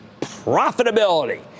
profitability